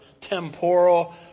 temporal